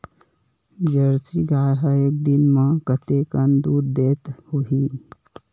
Jersey गाय ह एक दिन म कतेकन दूध देत होही?